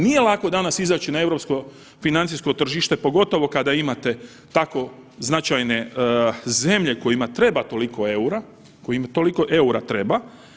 Nije lako danas izaći na europsko financijsko tržište, pogotovo kada imate tako značajne zemlje kojima treba toliko EUR-a, kojima toliko EUR-a treba.